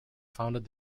founded